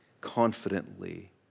confidently